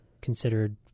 considered